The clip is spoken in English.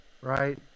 right